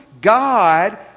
God